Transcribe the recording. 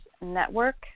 Network